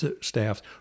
staff